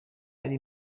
ari